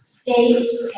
State